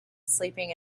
sleeping